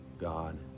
God